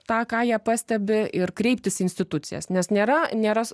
tą ką jie pastebi ir kreiptis į institucijas nes nėra nėra